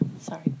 Sorry